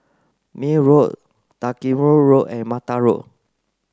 Mayne Road Dalkeith Road and Mata Road